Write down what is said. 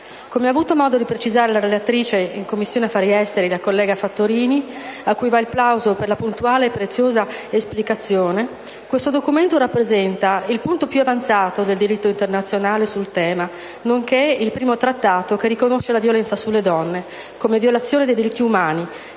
Come ha avuto modo di precisare la relatrice in Commissione affari esteri, la senatrice Fattorini, a cui va il plauso per la puntuale e preziosa esplicazione, questo documento rappresenta il punto più avanzato del diritto internazionale sul tema, nonché il primo trattato che riconosce la violenza sulle donne come violazione dei diritti umani